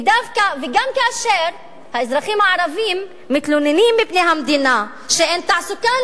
וגם כאשר האזרחים הערבים מתלוננים בפני המדינה שאין תעסוקה,